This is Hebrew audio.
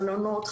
חלונות,